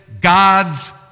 God's